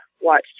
watch